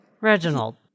Reginald